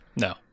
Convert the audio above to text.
No